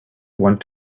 want